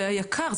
זה היק"ר,